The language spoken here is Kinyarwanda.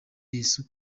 yesu